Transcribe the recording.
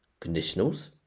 conditionals